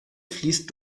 fließt